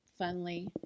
funly